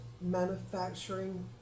manufacturing